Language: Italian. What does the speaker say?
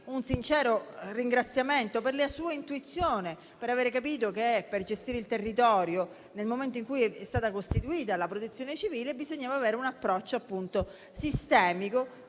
un sincero ringraziamento per la sua intuizione, per avere capito che, per gestire il territorio, nel momento in cui è stata costituita la Protezione civile, bisognava avere un approccio sistemico,